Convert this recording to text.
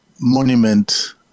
monument